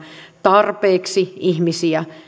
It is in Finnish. tarpeeksi ihmisiä